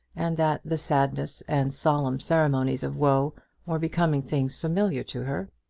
and that the sadness and solemn ceremonies of woe were becoming things familiar to her.